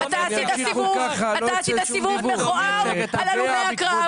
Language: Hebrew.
אתה עשית סיבוב מכוער על הלומי הקרב,